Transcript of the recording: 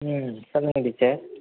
ம் சொல்லுங்கள் டீச்சர்